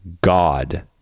god